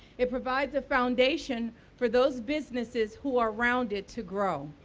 it provides a foundation for those businesses who are rounded to grow.